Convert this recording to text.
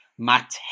Matt